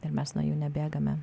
ir mes nuo jų nebėgame